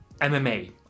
MMA